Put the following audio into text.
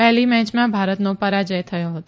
પહેલી મેચમાં ભારતનો પરાજય થયો હતો